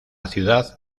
ciudad